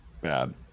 bad